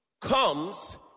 Comes